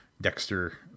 Dexter